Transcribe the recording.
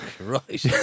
right